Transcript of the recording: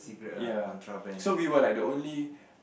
ya so we were like the only